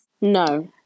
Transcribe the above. No